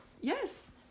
Yes